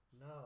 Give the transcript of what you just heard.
No